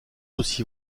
aussi